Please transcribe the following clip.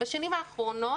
בשנים האחרונות,